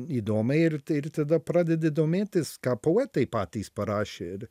įdomiai ir ir tada pradedi domėtis ką poetai patys parašė ir